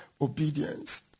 obedience